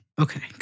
Okay